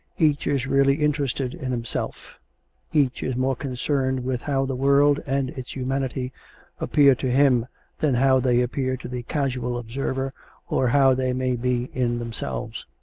each is really interested in himself each is more concerned with how the world and its humanity appear to him than how they appear to the casual observer or how they may be in themselves.